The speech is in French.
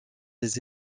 des